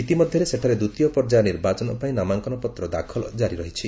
ଇତିମଧ୍ୟରେ ସେଠାରେ ଦ୍ୱିତୀୟ ପର୍ଯ୍ୟାୟ ନିର୍ବାଚନ ପାଇଁ ନାମାଙ୍କନପତ୍ର ଦାଖଲ ଜାରି ରହିଛି